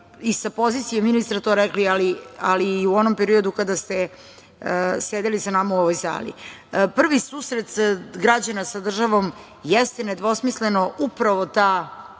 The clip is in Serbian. i sa pozicije ministra to rekli, ali i u onom periodu kada ste sedeli sa nama u ovoj sali. Prvi susret građana sa državom jeste nedvosmisleno upravo ta